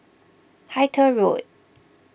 Hythe Road